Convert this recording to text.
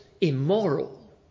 immoral